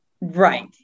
Right